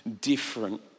different